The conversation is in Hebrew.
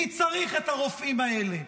מי צריך את הרופאים האלה?